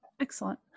Excellent